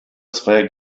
zweier